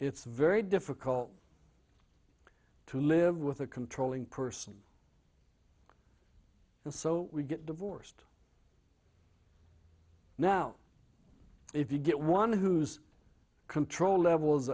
it's very difficult to live with a controlling person and so we get divorced now if you get one whose control levels